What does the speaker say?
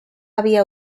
había